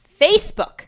facebook